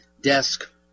desk